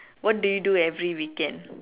what do you do every weekend